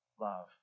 love